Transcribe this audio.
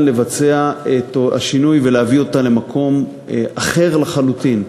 לבצע את השינוי ולהביא אותה למקום אחר לחלוטין.